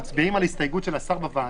מצביעים על הסתייגות של השר בוועדה?